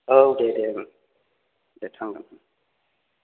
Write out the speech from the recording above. औ दे दे दे थांगोन